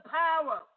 power